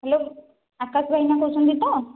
hello Akash ଭାଇନା କହୁଛନ୍ତି ତ